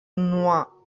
nuo